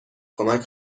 کمک